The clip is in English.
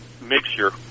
mixture